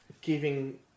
giving